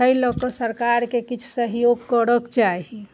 ताहि लऽ कऽ सरकारके किछु सहयोग करऽके चाही